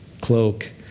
cloak